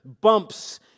bumps